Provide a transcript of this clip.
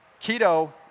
keto